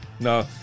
No